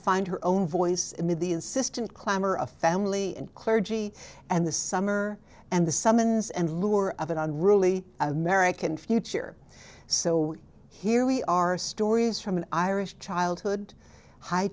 find her own voice in the insistent clamor of family and clergy and the summer and the summons and lure of an unruly american future so here we are stories from an irish childhood hi